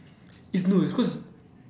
it's no it's cause